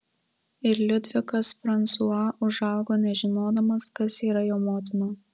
ir liudvikas fransua užaugo nežinodamas kas yra jo motina